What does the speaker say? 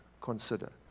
consider